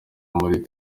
muri